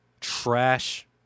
Trash